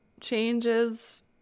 changes